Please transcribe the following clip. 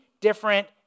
different